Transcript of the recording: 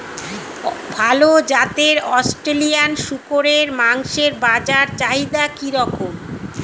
ভাল জাতের অস্ট্রেলিয়ান শূকরের মাংসের বাজার চাহিদা কি রকম?